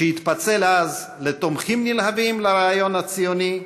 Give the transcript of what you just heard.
שהתפצל אז לתומכים נלהבים ברעיון הציוני,